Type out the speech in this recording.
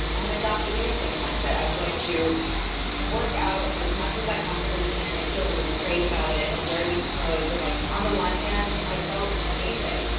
i'm going to adopt the doing-things mindset. i'm going to work out as much as i possibly can and feel really great about it and wear these clothes. and, like, on the one hand, i felt amazing.